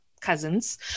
cousins